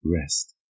rest